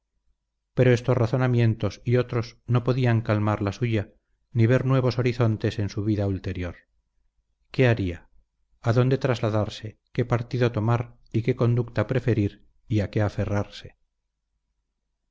pero estos razonamientos y otros no podía calmar la suya ni ver nuevos horizontes en su vida ulterior qué haría adónde trasladarse qué partido tomar y qué conducta preferir y a qué aferrarse